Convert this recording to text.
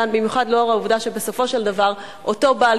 במיוחד לאור העובדה שבסופו של דבר אותו בעל